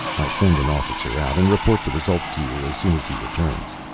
i'll send an officer out. and report the results to you as soon as he returns.